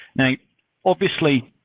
now obviously,